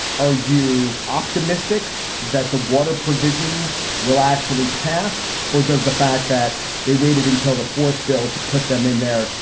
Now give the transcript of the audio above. are you optimistic that the water provisions will actually pass? or does the fact that they waited until the fourth bill to put them in there?